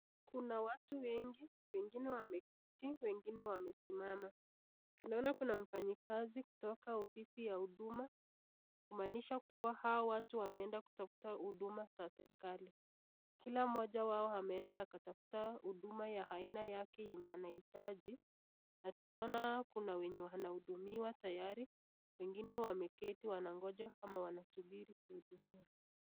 Kuna watu wengi. Wengine wameketi. Wengine wamesimama. Tunaona kuna mfanyikazi kutoka ofisi ya huduma kumaanisha kuwa hao watu wameenda kutafuta huduma za serikali. Kila mmoja wao ameenda akatafuta huduma ya aina yake yenye anahitaji na tunaona kuna wenye wanahudumiwa tayari, wengine wameketi wanangoja ama wanasubiri kuhudumiwa.